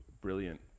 brilliant